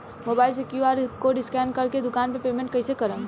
Mobile से QR code scan कर के दुकान मे पेमेंट कईसे करेम?